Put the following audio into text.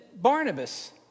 Barnabas